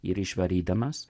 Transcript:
ir išvarydamas